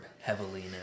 heavily